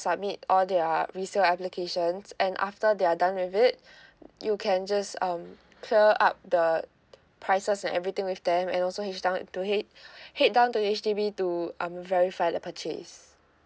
submit all their resale applications and after they're done with it you can just um clear up the prices and everything with them and also head down to head head down to H_D_B to um verify the purchase